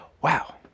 wow